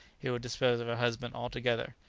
he would dispose of her husband altogether.